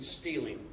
stealing